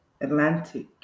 Atlantic